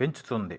పెంచుతుంది